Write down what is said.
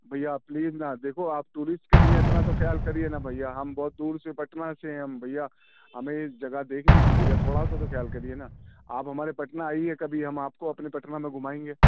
بھیا پلیز نا دیکھو آپ ٹورسٹ کے لیے اتنا تو خیال کریے نا بھیا ہم بہت دور سے پٹنہ سے ہیں بھیا ہمیں یہ جگہ دیکھنی تھی بھیا تھوڑا سا خیال کریے نا آپ ہمارے پٹنہ آئیے کبھی ہم آپ کو اپنے پٹنہ میں گُھمائیں گے